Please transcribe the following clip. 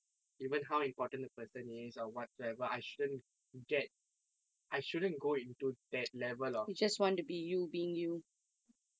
even how important the person is or whatsoever I shouldn't get I shouldn't go into that level of